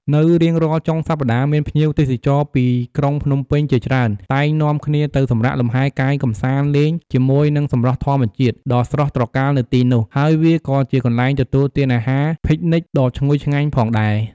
នៅរៀងរាល់ចុងសប្ដាហ៍មានភ្ញៀវទេសចរណ៍ពីក្រុងភ្នំពេញជាច្រើនតែង នាំគ្នាទៅសម្រាកលំហែរកាយកម្សាន្តលេងជាមួយនឹងសម្រស់ធម្មជាតិដ៏ស្រស់ត្រកាលនៅទីនោះ ហើយវាក៏ជាកន្លែងទទួលទានអាហារភិកនីកដ៏ឈ្ងុយឆ្ងាញ់ផងដែរ។